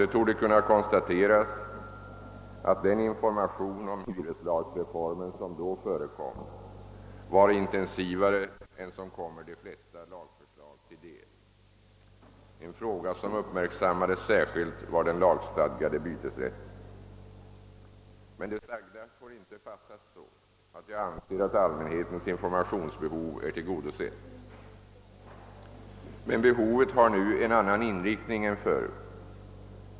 Det torde kunna konstateras att den information om hyreslagsreformen som då förekom var intensivare än som kommer de flesta lagförslag till del. En fråga som uppmärksammades särskilt var den lagstadgade bytesrätten. Det sagda får inte fattas så att jag anser att allmänhetens informationsbehov är tillgodosett. Behovet har emellertid nu en annan inriktning än förut.